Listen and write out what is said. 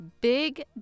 Big